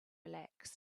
relaxed